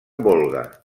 volga